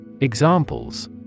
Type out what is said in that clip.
Examples